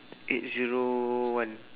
eight zero one